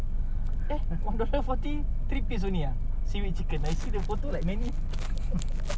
kau nak power nap boleh engkau nak kena tukar suara engkau macam puteri jap dia nanti dia boleh continue kan